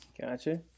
gotcha